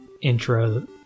intro